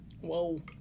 Whoa